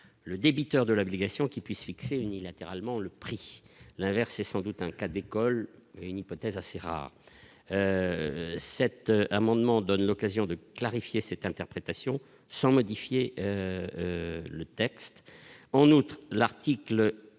le débiteur de l'obligation qui puisse fixer unilatéralement le prix, l'inverse est sans doute un cas d'école, une hypothèse assez rare, cet amendement donne l'occasion de clarifier cette interprétation sans modifier le texte, en outre, l'article